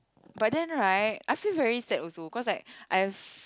but then right I feel very sad also cause like I have